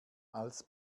als